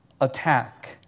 attack